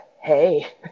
Hey